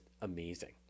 amazing